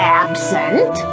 absent